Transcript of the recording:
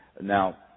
Now